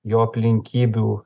jo aplinkybių